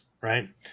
right